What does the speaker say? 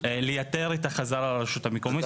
ליתר את החזרה לרשות המקומית.